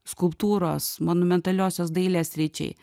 skulptūros monumentaliosios dailės sričiai